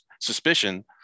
suspicion